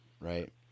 right